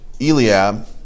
Eliab